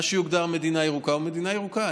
מה שיוגדר מדינה ירוקה הוא מדינה ירוקה.